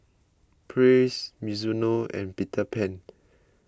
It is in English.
Praise Mizuno and Peter Pan